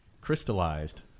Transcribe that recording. crystallized